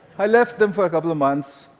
i left them for a couple of months.